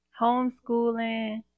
homeschooling